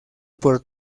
por